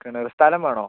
കിണർ സ്ഥലം വേണോ